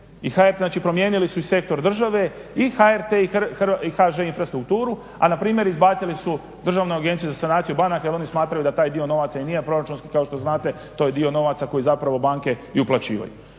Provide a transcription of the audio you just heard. i HRT. Znači, promijenili su i Sektor države i HRT i HŽ-Infrastrukturu, a na primjer izbacili su Državnu agenciju za sanaciju banaka jer oni smatraju da taj dio novaca i nije proračunski. Kao što znate to je dio novaca koji zapravo banke i uplaćivaju.